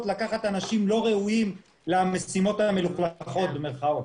אנשים לא ראויים לא ראויים למשימות המלוכלכות במירכאות.